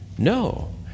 No